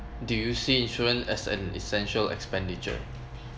do you see insurance as an essential expenditure